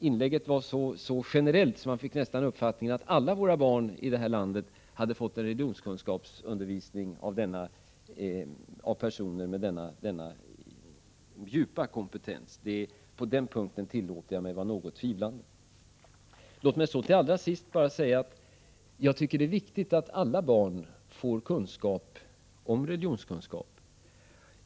Inlägget var så generellt att man nästa fick uppfattningen att alla barn i vårt land hade fått religionskunskapsundervisning av personer med denna djupa kompetens. På den punkten tillåter jag mig vara något tvivlande. Låt mig till sist säga att jag tycker det är viktigt att alla barn får undervisning i religionskunskap.